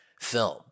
film